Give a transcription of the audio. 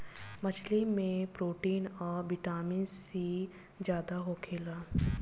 मछली में प्रोटीन आ विटामिन सी ज्यादे होखेला